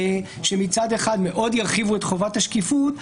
שמצד אחד מאוד ירחיבו את חובת השקיפות,